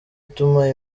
ituma